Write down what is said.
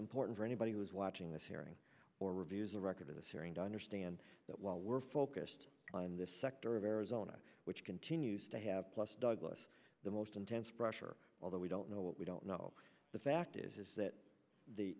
important for anybody who is watching this hearing or reviews a record of this hearing to understand that while we're focused on this sector of arizona which continues to have plus douglas the most intense pressure although we don't know what we don't know the fact is is that the